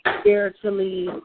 spiritually